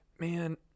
Man